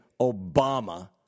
Obama